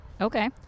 Okay